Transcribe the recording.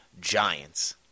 Giants